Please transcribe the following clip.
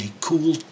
cool